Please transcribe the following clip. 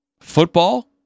football